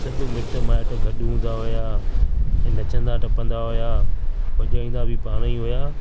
सभु मिटु माइट गॾु हूंदा हुआ ऐं नचंदा टपंदा हुआ वॼाईंदा बि पाण ई हुआ